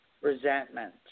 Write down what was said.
resentment